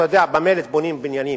אתה יודע, במלט בונים בניינים.